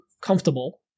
comfortable